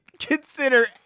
Consider